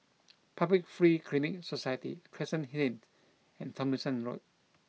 Public Free Clinic Society Crescent Lane and Tomlinson Road